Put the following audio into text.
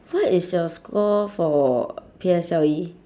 what is your score for P S L E